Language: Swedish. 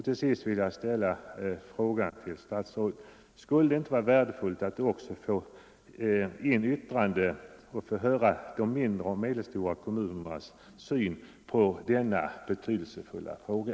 Till sist vill jag fråga fru statsrådet: Skulle det inte vara värdefullt att också få in yttranden från de mindre och medelstora kommunerna och 43 ta del av deras syn på denna betydelsefulla fråga?